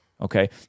Okay